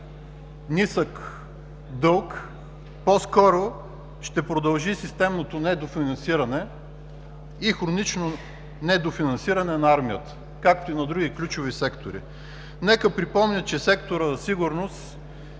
нисък дълг по-скоро ще продължи системното недофинансиране и хронично недофинансиране на армията, както и на други ключови сектори. Нека припомня, че секторът „Сигурност“